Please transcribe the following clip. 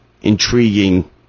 intriguing